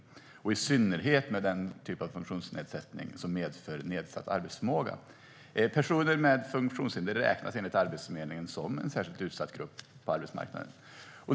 Det gäller i synnerhet personer med den typ av funktionsnedsättning som medför nedsatt arbetsförmåga. Personer med funktionshinder räknas enligt Arbetsförmedlingen som en särskilt utsatt grupp på arbetsmarknaden.